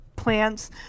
plants